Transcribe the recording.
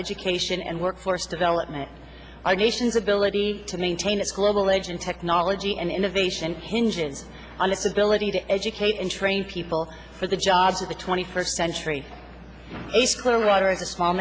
education and workforce development our nation's ability to maintain a global edge in technology and innovation hinges on its ability to educate and train people for the jobs of the twenty first century ace clearwater is a small